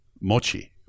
mochi